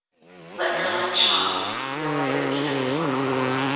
let your light shine. be a lighted candle for the lord.